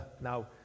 now